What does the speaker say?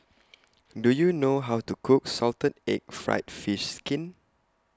Do YOU know How to Cook Salted Egg Fried Fish Skin